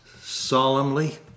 solemnly